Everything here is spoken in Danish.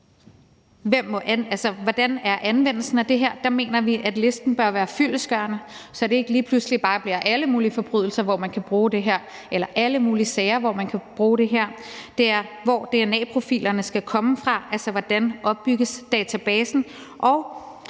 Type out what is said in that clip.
hvordan anvendelsen af det her er, og der mener vi, at listen bør være fyldestgørende, så det ikke lige pludselig bare bliver alle mulige forbrydelser, som man kan bruge det her på, eller alle mulige sager, som man kan bruge det her på; det handler om, hvor dna-profilerne skal komme fra, altså hvordan databasen